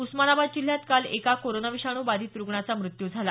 उस्मानाबाद जिल्ह्यात काल एका कोरोना विषाणू बाधित रुग्णाचा मृत्यू झाला